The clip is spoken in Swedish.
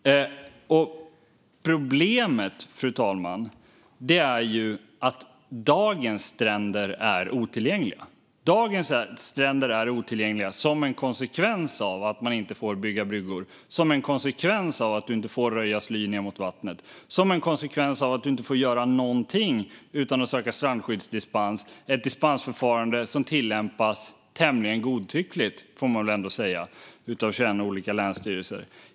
Problemet, fru talman, är att dagens stränder är otillgängliga. De är otillgängliga som en konsekvens av att man inte får bygga bryggor och inte röja sly ned mot vattnet. Det är en konsekvens av att man inte får göra någonting utan att söka strandskyddsdispens. Och det är ett dispensförfarande som tillämpas tämligen godtyckligt - det får man väl ändå säga - av 21 olika länsstyrelser.